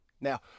Now